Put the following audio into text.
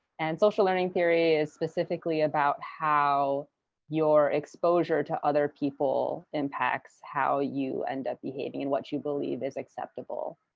and social learning theory is specifically about how your exposure to other people impacts how you end up behaving and what you believe is acceptable.